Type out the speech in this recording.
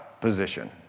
position